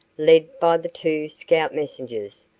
led by the two scout messengers,